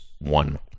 One